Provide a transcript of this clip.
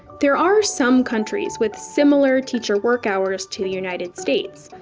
there are some countries with similar teacher work hours to the united states,